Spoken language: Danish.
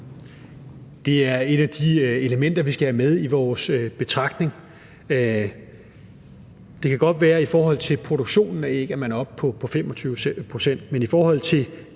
Det er et af de elementer, vi skal have med i vores betragtning. Det kan godt være, at man i forhold til produktionen af æg er oppe på 25 pct., men i forhold til